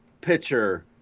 pitcher